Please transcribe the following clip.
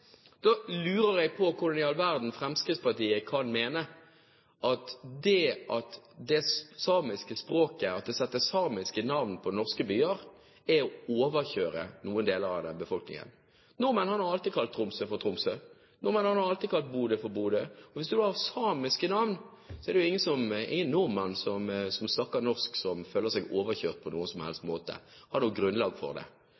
da lurer jeg på hvordan i all verden Fremskrittspartiet kan mene at det at det settes samiske navn på norske byer, er å overkjøre noen deler av befolkningen. Nordmenn har da alltid kalt Tromsø for Tromsø, og nordmenn har alltid kalt Bodø for Bodø. Hvis man har samiske navn, er det ingen nordmenn som snakker norsk, som har noe grunnlag for å føle seg overkjørt på noen som helst måte. Så er det